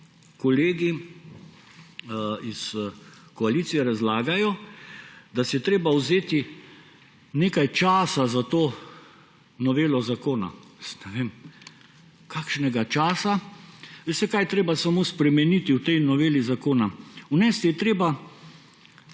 kolegi iz koalicije razlagajo, da si je treba vzeti nekaj časa za to novelo zakona. Jaz ne vem, kakšnega časa!? Veste, kaj je treba samo spremeniti v tej noveli zakona? Vnesti je treba